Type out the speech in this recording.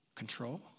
Control